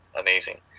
amazing